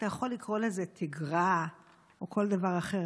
אתה יכול לקרוא לזה תגרה או כל דבר אחר.